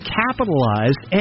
capitalized